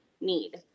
need